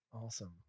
awesome